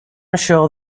sure